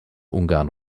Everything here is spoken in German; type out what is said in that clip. ungarn